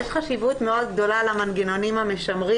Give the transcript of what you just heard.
יש חשיבות מאוד גדולה למנגנונים המשמרים